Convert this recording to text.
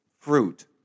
fruit